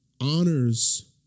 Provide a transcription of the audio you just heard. honors